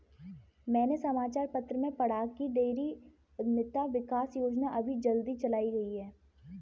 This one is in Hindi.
मैंने समाचार पत्र में पढ़ा की डेयरी उधमिता विकास योजना अभी जल्दी चलाई गई है